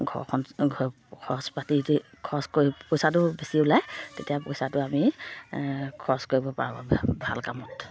ঘৰখন ঘৰ খৰচ পাতি খৰচ কৰি পইচাটো বেছি ওলায় তেতিয়া পইচাটো আমি খৰচ কৰিব পাৰোঁ ভাল কামত